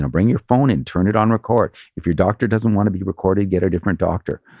and bring your phone and turn it on record. if your doctor doesn't want to be recorded, get a different doctor.